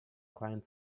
client